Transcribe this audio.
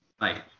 Right